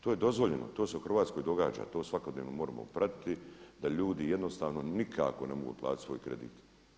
To je dozvoljeno, to se u Hrvatskoj događa, to svakodnevno moramo pratiti da ljudi jednostavno nikako ne mogu otplatiti svoj kredit.